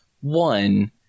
one